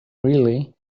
really